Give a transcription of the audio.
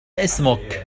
اسمك